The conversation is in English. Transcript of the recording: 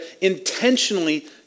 intentionally